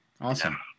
Awesome